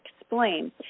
explain